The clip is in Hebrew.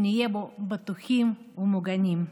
שנהיה בטוחים ומוגנים בו.